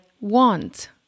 want